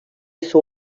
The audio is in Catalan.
seu